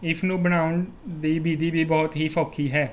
ਇਸਨੂੰ ਬਣਾਉਣ ਦੀ ਵਿਧੀ ਵੀ ਬਹੁਤ ਹੀ ਸੋਖੀ ਹੈ